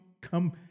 come